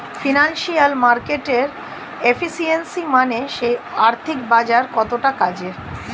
financial মার্কেটের efficiency মানে সেই আর্থিক বাজার কতটা কাজের